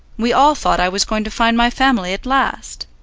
we all thought i was going to find my family at last.